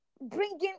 bringing